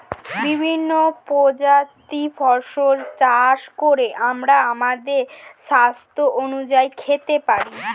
বিভিন্ন প্রজাতির ফসল চাষ করে আমরা আমাদের স্বাস্থ্য অনুযায়ী খেতে পারি